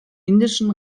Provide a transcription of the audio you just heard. indischen